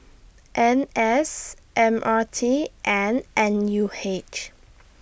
N S M R T and N U H